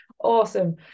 Awesome